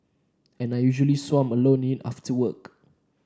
and I usually swam alone in it after work